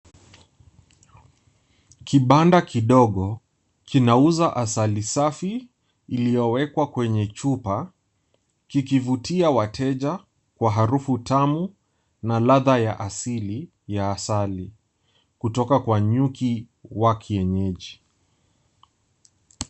Kibanda kidogo inauza asali safi iliyowekwa kwenye chupa kikivutia wateja kwa harufu tamu na ladha ya asili ya asali kutoka kwa nyuki wa kienyeji.